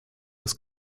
des